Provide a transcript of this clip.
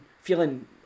feeling